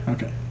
Okay